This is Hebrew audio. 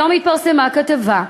היום התפרסמה כתבה,